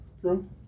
True